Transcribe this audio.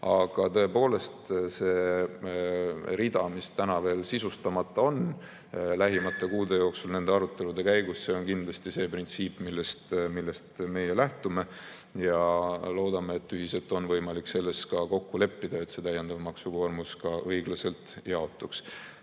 aga selle rea puhul, mis täna veel sisustamata on, on see lähimate kuude jooksul nende arutelude käigus kindlasti see printsiip, millest meie lähtume. Loodame, et ühiselt on võimalik kokku leppida, et see täiendav maksukoormus õiglaselt jaotuks.